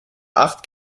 acht